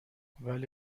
ولی